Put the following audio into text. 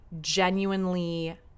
genuinely